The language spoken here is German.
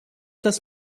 das